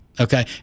Okay